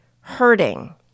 Hurting